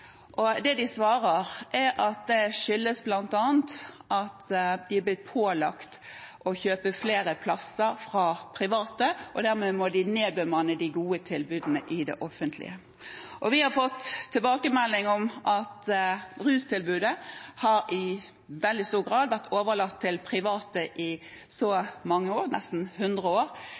blir redusert. De svarer at dette skyldes bl.a. at de er blitt pålagt å kjøpe flere plasser fra private og dermed må nedbemanne i de gode tilbudene i det offentlige. Vi har fått tilbakemeldinger om at rustilbudet i veldig stor grad har vært overlatt til private i mange år,